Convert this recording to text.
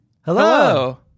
hello